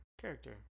character